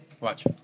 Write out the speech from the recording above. Watch